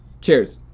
Cheers